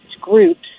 groups